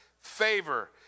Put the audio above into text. favor